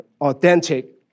authentic